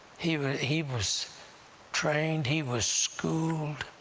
he he was trained, he was schooled